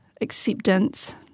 acceptance